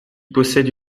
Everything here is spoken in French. possède